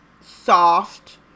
soft